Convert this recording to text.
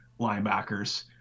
linebackers